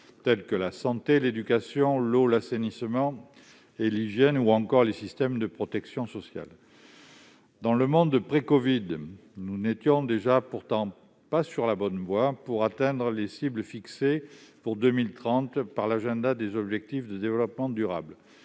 tels que la santé, l'éducation, l'eau, l'assainissement et l'hygiène, ou encore les systèmes de protection sociale. Déjà dans le monde pré-covid, nous n'étions pourtant pas sur la bonne voie pour atteindre les cibles fixées pour 2030 par l'Agenda des objectifs de développement durable.